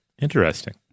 interesting